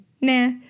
Nah